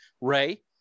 Ray